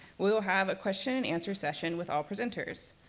we'll have a question and answer session with all presenters.